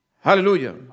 Hallelujah